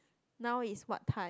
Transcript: now is what time